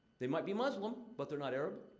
they might be muslim, but they're not arab.